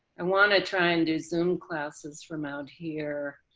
i want to try and do some classes from out here.